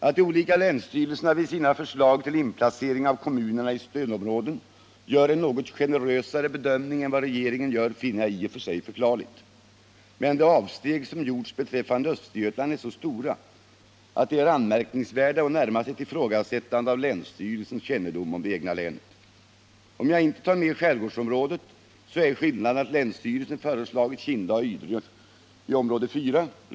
Att de olika länsstyrelserna vid sina förslag till inplacering av kommunerna i stödområden gör en något generösare bedömning än vad regeringen gör, finner jag i och för sig förklarligt, men de avsteg som gjorts beträffande Östergötland är så stora, att de är anmärkningsvärda och närmast ett ifrågasättande av länsstyrelsens kännedom om det egna länet. Om jag inte tar med skärgårdsområdet så är skillnaden att länsstyrelsen föreslagit Kinda och Ydre i område 4.